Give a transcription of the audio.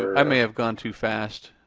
i may have gone too fast.